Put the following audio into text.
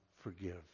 forgive